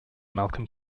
malcolm